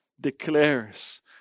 declares